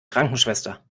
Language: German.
krankenschwester